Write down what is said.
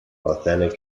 authentic